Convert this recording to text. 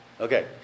Okay